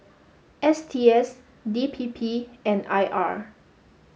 S T S D P P and I R